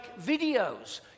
videos